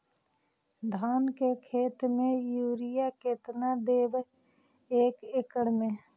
धान के खेत में युरिया केतना देबै एक एकड़ में?